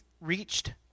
reached